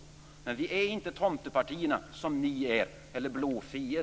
Men vårt parti är inte ett tomteparti som ert, och vi är inte några blå feer.